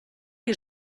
que